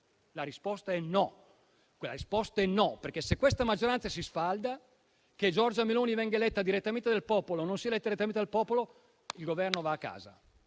La risposta è no, perché, se questa maggioranza si sfalda, che Giorgia Meloni venga eletta direttamente dal popolo o non venga eletta direttamente dal popolo, il Governo va a casa.